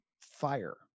fire